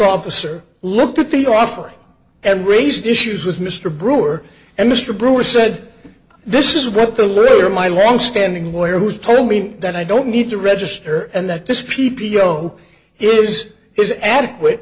officer looked at the offering and east issues with mr brewer and mr brewer said this is what the loser my longstanding lawyer who's told me that i don't need to register and that this p p o is is adequate